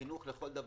חינוך לכל דבר,